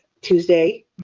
Tuesday